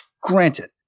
granted